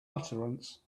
utterance